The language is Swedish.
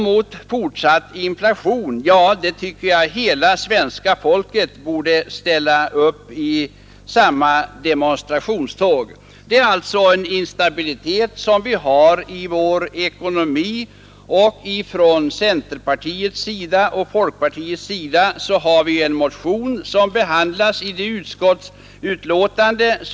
Mot fortsatt inflation tycker jag att hela svenska folket borde ställa upp i samma demonstrationståg. Vi har alltså en instabilitet i vår ekonomi. Från centerpartiets och folkpartiets sida har vi framlagt en motion som behandlas i detta utskottsbetänkande.